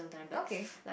okay